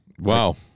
wow